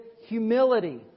humility